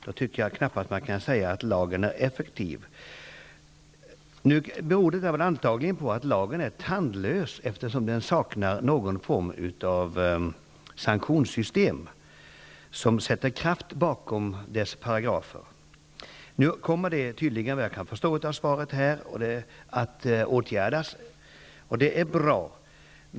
Då tycker jag knappast att man kan säga att lagen är effektiv. Dessa förhållanden beror antagligen på att lagen är tandlös, eftersom den saknar ett sanktionssystem som sätter kraft bakom dess paragrafer. Vad jag kan förstå av svaret kommer detta tydligen att åtgärdas, och det är bra.